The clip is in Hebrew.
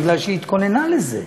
מפני שהיא התכוננה לזה.